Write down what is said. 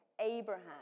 Abraham